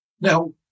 Now